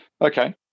Okay